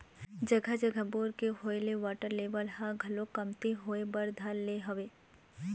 जघा जघा बोर के होय ले वाटर लेवल ह घलोक कमती होय बर धर ले हवय